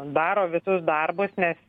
daro visus darbus nes